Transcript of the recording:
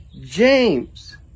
James